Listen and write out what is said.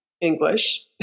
English